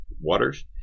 Waters